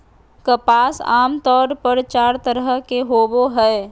कपास आमतौर पर चार तरह के होवो हय